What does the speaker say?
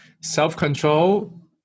Self-control